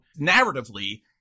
narratively